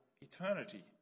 eternity